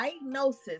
diagnosis